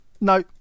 No